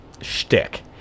shtick